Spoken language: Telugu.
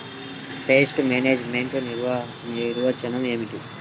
పెస్ట్ మేనేజ్మెంట్ నిర్వచనం ఏమిటి?